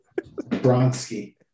Bronski